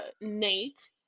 Nate